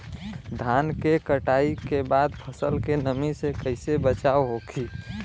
धान के कटाई के बाद फसल के नमी से कइसे बचाव होखि?